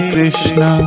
Krishna